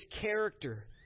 character